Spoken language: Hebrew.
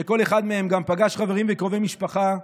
שכל אחד מהם גם פגש חברים וקרובי משפחה,